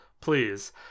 please